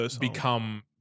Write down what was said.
become